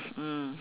mm